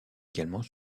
également